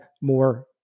more